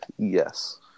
Yes